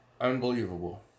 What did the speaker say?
Unbelievable